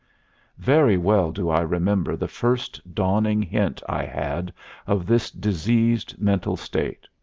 very well do i remember the first dawning hint i had of this diseased mental state.